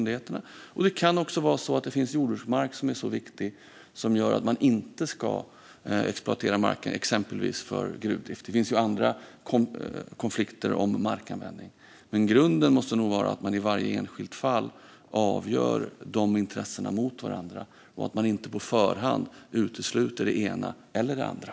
Det kan även finnas jordbruksmark som är så viktig att det gör att man inte ska exploatera marken för exempelvis gruvdrift. Det finns ju även andra konflikter om markanvändning. Grunden måste vara att man i varje enskilt fall ställer intressena mot varandra för att avgöra detta och att man inte på förhand utesluter det ena eller andra.